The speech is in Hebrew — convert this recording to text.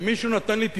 ומישהו נתן לי תזכורת: